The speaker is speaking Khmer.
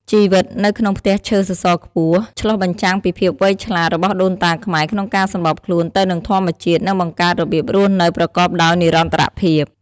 ជីវិតនៅក្នុងផ្ទះឈើសសរខ្ពស់ឆ្លុះបញ្ចាំងពីភាពវៃឆ្លាតរបស់ដូនតាខ្មែរក្នុងការសម្របខ្លួនទៅនឹងធម្មជាតិ និងបង្កើតរបៀបរស់នៅប្រកបដោយនិរន្តរភាព ។